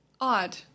Odd